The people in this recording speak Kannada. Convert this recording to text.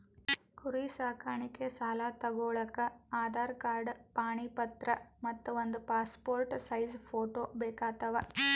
ಕುರಿ ಸಾಕಾಣಿಕೆ ಸಾಲಾ ತಗೋಳಕ್ಕ ಆಧಾರ್ ಕಾರ್ಡ್ ಪಾಣಿ ಪತ್ರ ಮತ್ತ್ ಒಂದ್ ಪಾಸ್ಪೋರ್ಟ್ ಸೈಜ್ ಫೋಟೋ ಬೇಕಾತವ್